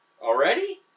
Already